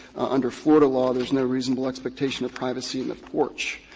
under florida law, there is no reasonable expectation of privacy in a porch,